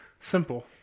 simple